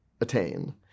attain